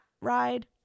ride